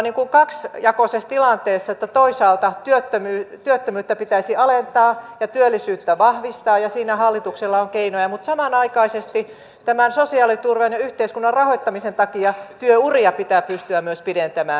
me olemme kaksijakoisessa tilanteessa että toisaalta työttömyyttä pitäisi alentaa ja työllisyyttä vahvistaa ja siinä hallituksella on keinoja mutta samanaikaisesti tämän sosiaaliturvan ja yhteiskunnan rahoittamisen takia työuria pitää pystyä myös pidentämään